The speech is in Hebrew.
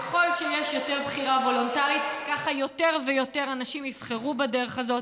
שככל שיש יותר בחירה וולונטרית ככה יותר ויותר אנשים יבחרו בדרך הזאת.